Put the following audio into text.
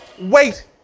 wait